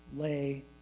lay